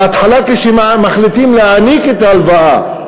בהתחלה, כשמחליטים להעניק את ההלוואה,